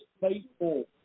faithful